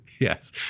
Yes